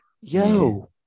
Yo